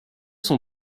sont